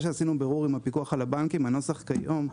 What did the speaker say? שעשינו בירור עם הפיקוח על הבנקים הנוסח כיום,